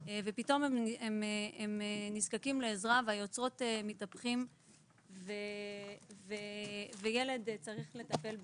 ופתאום הם נזקקים לעזרה והיוצרות מתהפכים וילד צריך לטפל באימו.